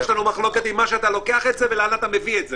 אבל יש לנו מחלוקת לאן אתה לוקח ולאן אתה מביא את זה.